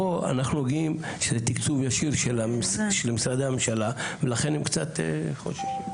פה אנחנו יודעים שזה תקצוב ישיר של משרדי הממשלה ולכן הם קצת חוששים.